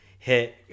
hit